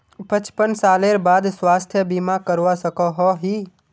पचपन सालेर बाद स्वास्थ्य बीमा करवा सकोहो ही?